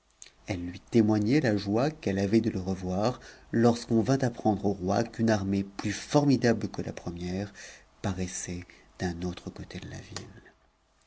elle lui témoignait la joie qu'elle avait de le revoir lorsqu'on vint apprendre au roi qu'une armée plus formidable que la première paraissait d'un autre côté de la ville